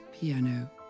piano